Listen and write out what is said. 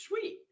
sweet